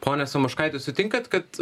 ponia samoškaite sutinkat kad